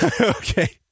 Okay